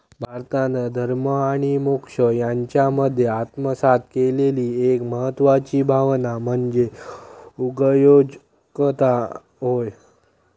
भारतान धर्म आणि मोक्ष यांच्यामध्ये आत्मसात केलेली एक महत्वाची भावना म्हणजे उगयोजकता होय